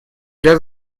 ряд